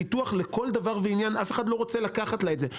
כי זה ביטוח לכל דבר ועניין ואף אחד לא רוצה לקחת לה את זה.